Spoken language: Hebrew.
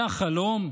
זה החלום?